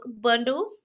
bundle